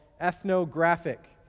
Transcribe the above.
ethnographic